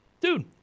Dude